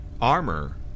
armor